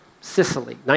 Sicily